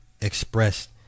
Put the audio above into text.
expressed